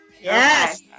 Yes